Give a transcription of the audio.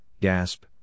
GASP